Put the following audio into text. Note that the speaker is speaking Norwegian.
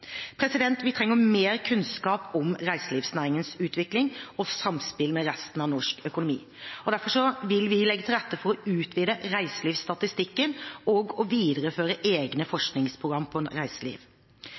Vi trenger mer kunnskap om reiselivsnæringens utvikling og samspill med resten av norsk økonomi. Derfor vil vi legge til rette for å utvide reiselivsstatistikken og å videreføre egne